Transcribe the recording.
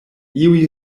iuj